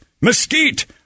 Mesquite